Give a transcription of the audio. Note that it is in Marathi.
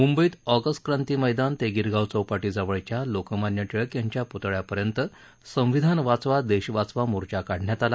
मूंबईत ऑगस्ट क्रांती मैदान ते गिरगाव चौपाटीजवळच्या लोकमान्य टिळक यांच्या प्तळ्यापर्यंत संविधान वाचवा देश वाचवा मोर्चा काढण्यात आला